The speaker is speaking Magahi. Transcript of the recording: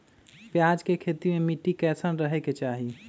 प्याज के खेती मे मिट्टी कैसन रहे के चाही?